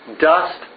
dust